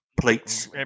plates